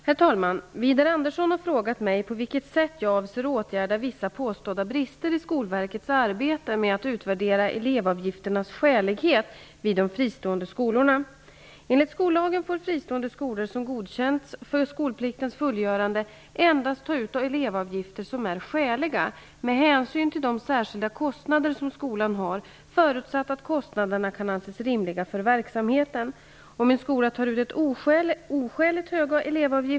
Herr talman! Widar Andersson har frågat mig på vilket sätt jag avser åtgärda vissa påstådda brister i Enligt skollagen får fristående skolor som godkänts för skolpliktens fullgörande endast ta ut elevavgifter som är skäliga med hänsyn till de särskilda kostnader som skolan har, förutsatt att kostnaderna kan anses rimliga för verksamheten.